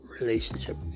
relationship